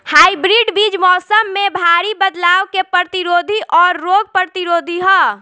hybrid बीज मौसम में भारी बदलाव के प्रतिरोधी और रोग प्रतिरोधी ह